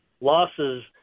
losses